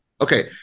Okay